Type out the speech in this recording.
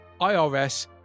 IRS